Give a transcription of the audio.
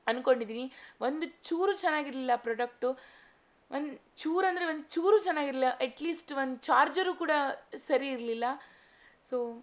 ಅನ್ಕೊಂಡಿದೀನಿ ಒಂದು ಚೂರು ಚೆನ್ನಾಗಿರ್ಲಿಲ್ಲ ಆ ಪ್ರೊಡಕ್ಟು ಒಂದು ಚೂರಂದರೆ ಒಂದು ಚೂರು ಚೆನ್ನಾಗಿರ್ಲಿಲ್ಲ ಅಟ್ಲೀಸ್ಟ್ ಒಂದು ಚಾರ್ಜರು ಕೂಡ ಸರಿ ಇರಲಿಲ್ಲ ಸೊ